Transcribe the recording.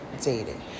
dating